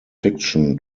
fiction